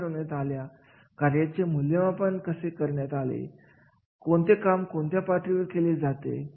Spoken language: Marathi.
याचा परिणाम म्हणजे एखादी व्यक्ती जर दीर्घकालीन काम करत असेल तर